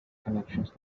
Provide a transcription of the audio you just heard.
connections